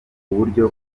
uburyo